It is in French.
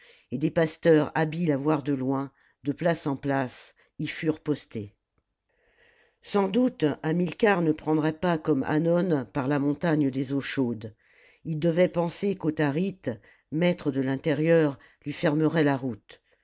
et des pasteurs habiles à voir de loin de place en place y furent postés sans doute hamilcar ne prendrait pas comme hannon par la montagne des eaux chaudes ii devait penser qu'autharite maître de l'intérieur lui fermerait la route